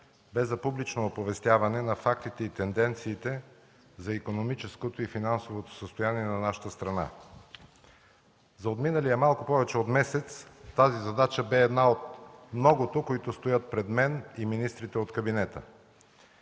бе за публично оповестяване на фактите и тенденциите за икономическото и финансовото състояние на нашата страна. За отминалия малко повече от месец тази задача бе една от многото, които стоят пред мен и министрите от кабинета.